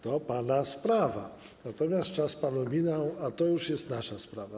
To pana sprawa, natomiast czas panu minął, a to już jest nasza sprawa.